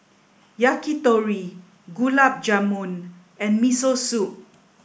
Yakitori Gulab Jamun and Miso Soup